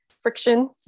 friction